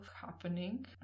happening